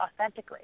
authentically